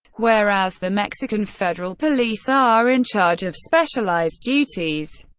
whereas the mexican federal police are in charge of specialized duties.